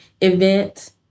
event